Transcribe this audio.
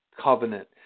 covenant